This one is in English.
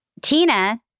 Tina